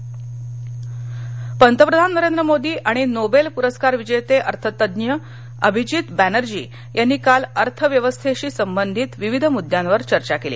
पंतप्रधान पंतप्रधान नरेंद्र मोदी आणि नोबेल प्रस्कारविजेते अर्थतज्ज्ञ अभिजित बॅनर्जी यांनी काल अर्थव्यवस्थेशी संबंधित विविधमुद्द्यांवर चर्चा केली